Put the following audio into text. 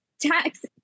tax